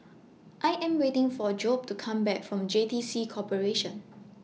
I Am waiting For Job to Come Back from J T C Corporation